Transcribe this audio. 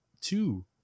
two